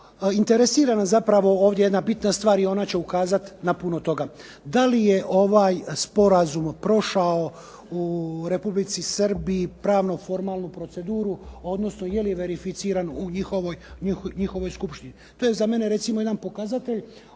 Interesira nas zapravo ovdje jedna bitna stvar i ona će ukazati na puno toga. Da li je ovaj sporazum prošao u Republici Srbiji pravno-formalnu proceduru, odnosno jeli verificiran u njihovoj skupštini. To je za mene jedan pokazatelj